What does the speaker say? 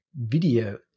video